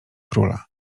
króla